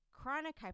Chronic